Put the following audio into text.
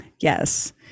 Yes